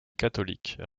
catholiques